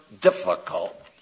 difficult